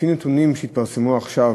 לפי נתונים של מכבי-האש שהתפרסמו עכשיו,